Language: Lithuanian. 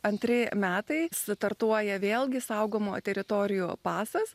antri metai startuoja vėlgi saugomų teritorijų pasas